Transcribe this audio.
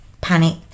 panicked